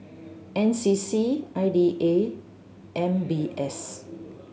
N C C I D A M B S